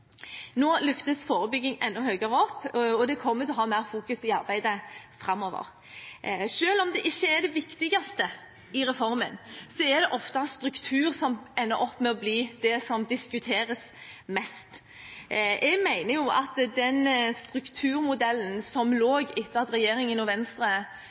Nå løftes forebygging enda høyere opp, og det kommer til å vektlegges mer i arbeidet framover. Selv om det ikke er det viktigste i reformen, er det ofte struktur som ender opp med å bli det som diskuteres mest. Jeg mener at den strukturmodellen som lå etter at regjeringen og Venstre